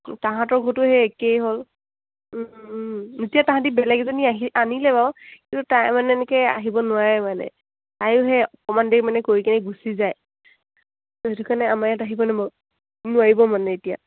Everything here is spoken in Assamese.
তাহাঁতৰ ঘৰতো সেই একেই হ'ল এতিয়া তাহাঁতি বেলেগ এজনী আহি আনিলে বাৰু কিন্তু তাই মানে এনেকৈ আহিব নোৱাৰে মানে তায়ো সেই অকমান দেৰি মানে কৰি কেনে গুচি যায় তো সেইটো কাৰণে আমাৰ ইয়াত আহিবলৈ নোৱাৰিব মানে এতিয়া